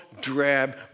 drab